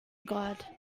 god